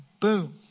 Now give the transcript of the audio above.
Boom